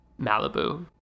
malibu